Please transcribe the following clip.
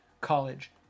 college